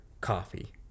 coffee